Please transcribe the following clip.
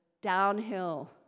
Downhill